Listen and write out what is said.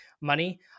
money